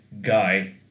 guy